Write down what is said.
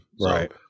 Right